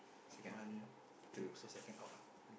one two so second out